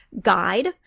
guide